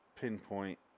pinpoint